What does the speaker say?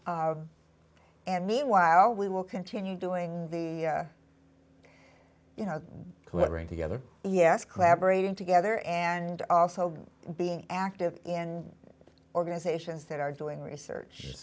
us and meanwhile we will continue doing the you know clearing together yes collaborating together and also being active in organizations that are doing research